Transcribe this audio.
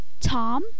Tom